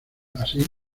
así